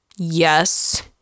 yes